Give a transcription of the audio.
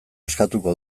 askatuko